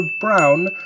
brown